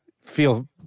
feel